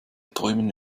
träumen